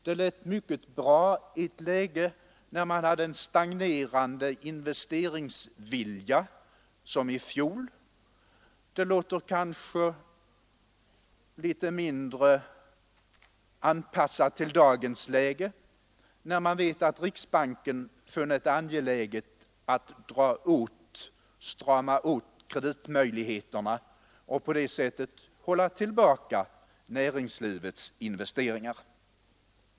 Det lät mycket bra i ett läge när man hade en stagnerande investeringsvilja som i fjol. Det låter kanske litet mindre anpassat till dagens läge, när man vet att riksbanken funnit det angeläget att strama åt kreditmöjligheterna och på det sättet hålla tillbaka näringslivets investeringar.